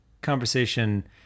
conversation